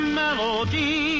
melody